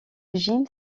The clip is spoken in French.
jim